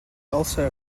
also